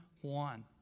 one